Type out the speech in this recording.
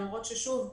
למרות ששוב,